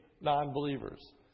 non-believers